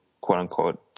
quote-unquote